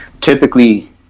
typically